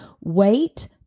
Wait